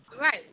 right